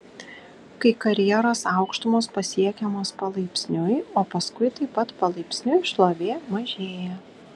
kai karjeros aukštumos pasiekiamos palaipsniui o paskui taip pat palaipsniui šlovė mažėja